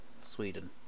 Sweden